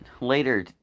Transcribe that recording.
later